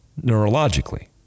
neurologically